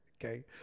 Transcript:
Okay